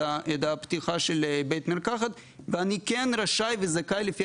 הפתיחה של בית המרקחת ואני כן רשאי וזכאי לפי